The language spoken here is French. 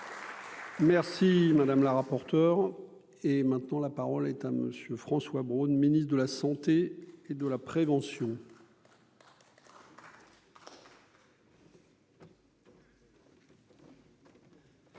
Merci madame la rapporteure et maintenant la parole est à monsieur François Braun, ministre de la Santé et de la prévention. Merci.